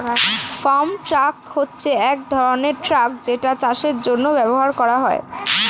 farm truck হচ্ছে এক ধরনের ট্রাক যেটা চাষের জন্য ব্যবহার করা হয়